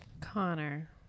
Connor